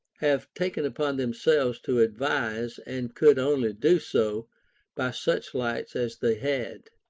have taken upon themselves to advise, and could only do so by such lights as they had.